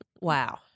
Wow